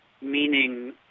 meaning